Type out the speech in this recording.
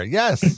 yes